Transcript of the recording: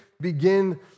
begin